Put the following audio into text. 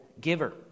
giver